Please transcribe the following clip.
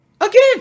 again